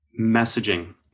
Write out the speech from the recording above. Messaging